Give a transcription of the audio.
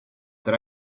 that